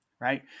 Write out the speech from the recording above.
right